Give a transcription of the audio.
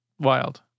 wild